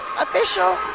official